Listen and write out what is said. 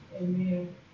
amen